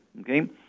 okay